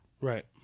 Right